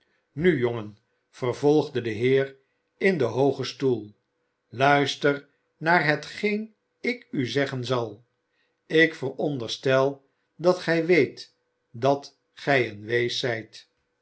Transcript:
nu jongen vervolgde de heer in den hoogen stoel luister naar hetgeen ik u zeggen zal ik veronderstel dat gij weet dat gij een wees zijt